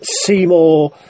Seymour